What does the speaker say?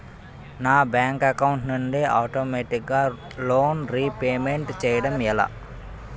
నా bank account నుండి ఆటోమేటిగ్గా లోన్ రీపేమెంట్ చేయడం ఎలా?